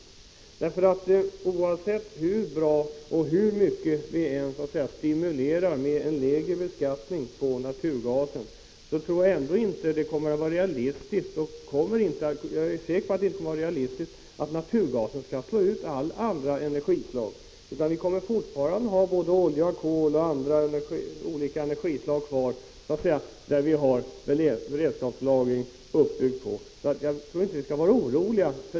Oavsett hur bra det är och oavsett hur mycket vi än stimulerar användningen av naturgas med en lägre beskattning, tror jag ändå inte att det är realistiskt att anta att naturgasen skall slå ut alla andra energislag. Vi kommer fortsättningsvis att ha både olja, kol och andra energislag kvar, där vi redan har beredskapslagring uppbyggd. Vi skall inte vara oroliga.